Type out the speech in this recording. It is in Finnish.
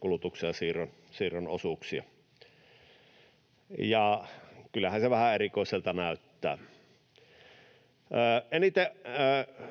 kulutuksen ja siirron osuuksia, ja kyllähän se vähän erikoiselta näyttää. Eniten